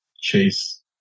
chase